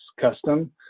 custom